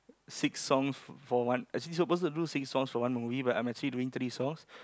six songs for one actually suppose to do six songs for one movie but I'm actually doing three songs